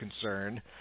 concern